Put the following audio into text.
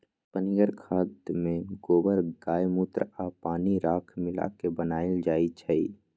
पनीगर खाद में गोबर गायमुत्र आ पानी राख मिला क बनाएल जाइ छइ